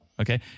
Okay